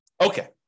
Okay